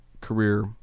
career